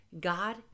God